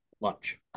lunch